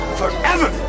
forever